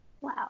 Wow